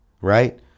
right